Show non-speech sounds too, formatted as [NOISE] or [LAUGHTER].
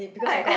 I [BREATH]